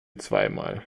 zweimal